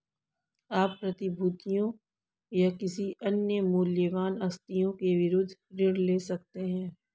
आप प्रतिभूतियों या किसी अन्य मूल्यवान आस्तियों के विरुद्ध ऋण ले सकते हैं